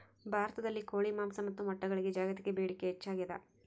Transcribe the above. ಭಾರತದಲ್ಲಿ ಕೋಳಿ ಮಾಂಸ ಮತ್ತು ಮೊಟ್ಟೆಗಳಿಗೆ ಜಾಗತಿಕ ಬೇಡಿಕೆ ಹೆಚ್ಚಾಗ್ಯಾದ